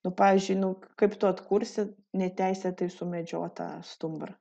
nu pavyzdžiui nu kaip tu atkursi neteisėtai sumedžiotą stumbrą